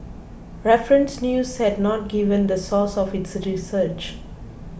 Reference News has not given the source of its research